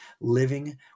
living